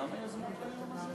מי יזם את היום הזה?